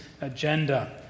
agenda